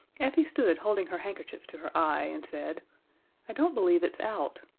effie stood holding her handkerchief to her eye, and said i don't believe it's out.